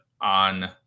on